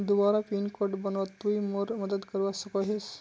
दोबारा pin code बनवात तुई मोर मदद करवा सकोहिस?